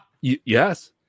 Yes